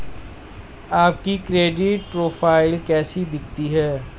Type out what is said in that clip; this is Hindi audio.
आपकी क्रेडिट प्रोफ़ाइल कैसी दिखती है?